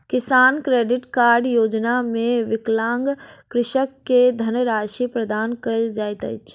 किसान credit card योजना मे विकलांग कृषक के धनराशि प्रदान कयल जाइत अछि